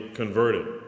converted